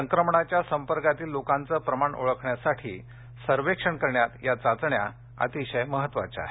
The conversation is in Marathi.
संक्रमणाच्या संपर्कात लोकांचे प्रमाण ओळखण्यासाठी सर्वेक्षण करण्यात या चाचण्या अतिशय महत्वाच्या आहेत